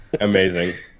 Amazing